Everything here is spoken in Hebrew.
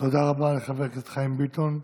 תודה רבה לחבר הכנסת חיים ביטון.